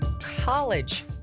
college